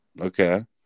Okay